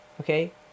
okay